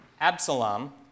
Absalom